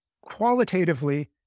qualitatively